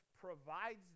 provides